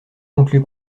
conclut